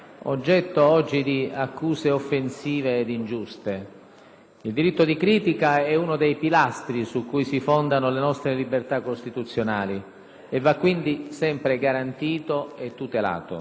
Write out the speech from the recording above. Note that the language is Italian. Il diritto di critica è uno dei pilastri su cui si fondano le nostre libertà costituzionali e va quindi sempre garantito e tutelato.